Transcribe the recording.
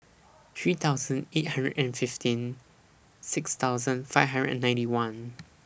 three thousand eight hundred and fifteen six thousand five hundred and ninety one